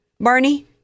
Barney